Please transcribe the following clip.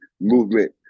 movement